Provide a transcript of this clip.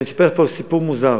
אני אספר לך פה סיפור מוזר: